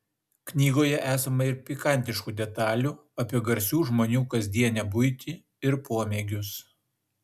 knygoje esama ir pikantiškų detalių apie garsių žmonių kasdienę buitį ir pomėgius